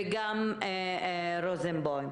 וגם אליעזר רוזנבאום.